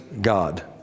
God